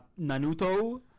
Nanuto